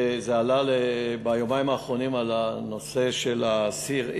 וזה עלה ביומיים האחרונים, הנושא של האסיר X,